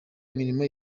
imirimo